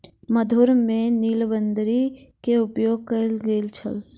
मधुर में नीलबदरी के उपयोग कयल गेल छल